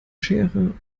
schere